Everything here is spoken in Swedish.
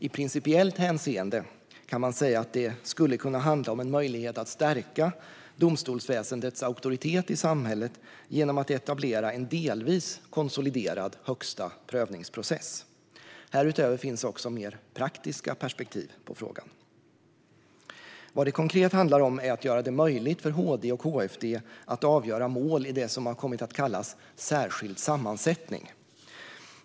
I principiellt hänseende kan man säga att det skulle kunna handla om en möjlighet att stärka domstolsväsendets auktoritet i samhället genom att etablera en delvis konsoliderad högsta prövningsprocess. Härutöver finns också mer praktiska perspektiv på frågan. Vad det konkret handlar om är att göra det möjligt för HD och HFD att avgöra mål i det som har kommit att kallas särskild sammansättning.